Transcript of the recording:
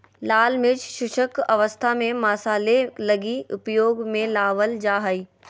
लाल मिर्च शुष्क अवस्था में मसाले लगी उपयोग में लाबल जा हइ